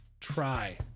try